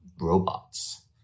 robots